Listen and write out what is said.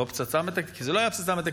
לא "פצצה מתקתקת", כי זאת לא הייתה פצצה מתקתקת.